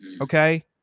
Okay